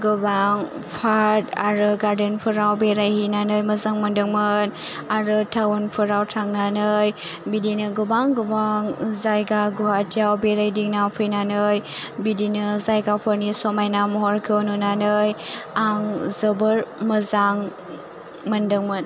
गोबां पार्क आरो गार्डेनफोराव बेरायहैनानै मोजां मोनदोंमोन आरो टावनफोराव थांनानै बिदिनो गोबां गोबां जायगा गवाहाटीयाव बेरायदिंना फैनानै बिदिनो जायगाफोरनि समायनाय महरखौ नुनानै आं जोबोर मोजां मोनदोंमोन